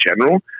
general